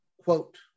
Quote